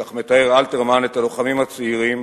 כך מתאר אלתרמן את הלוחמים הצעירים,